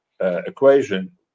Equation